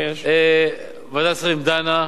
ועדת השרים דנה,